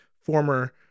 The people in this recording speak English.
former